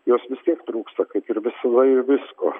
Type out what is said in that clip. jos vis tiek trūksta kaip ir visumoj visko